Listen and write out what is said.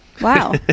Wow